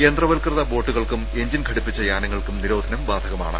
യന്ത്രവൽകൃത ബോട്ടുകൾക്കും എഞ്ചിൻ ഘടിപ്പിച്ച യാന ങ്ങൾക്കും നിരോധനം ബാധകമാണ്